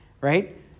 right